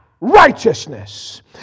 righteousness